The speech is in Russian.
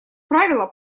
правило